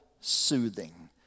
soothing